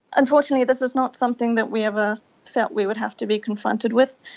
unfortunately this is not something that we ever felt we would have to be confronted with,